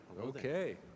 Okay